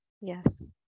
Yes